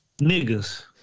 Niggas